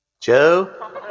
Joe